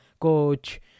coach